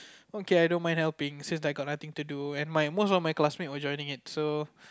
okay I don't mind helping since I got nothing to do and my most of my classmates were joining it so